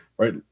Right